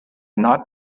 not